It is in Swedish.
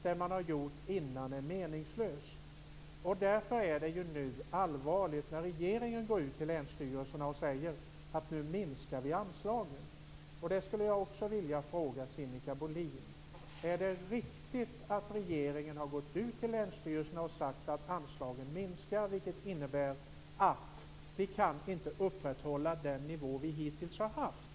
Det som man har gjort dessförinnan är meningslöst. Det är därför allvarligt när regeringen nu går ut till länsstyrelserna och säger att anslagen kommer att minskas. Jag skulle vilja fråga Sinikka Bohlin: Är det riktigt att regeringen har gått ut till länsstyrelserna och sagt att anslagen minskar, vilket innebär att vi inte kan upprätthålla den nivå som vi hittills har haft?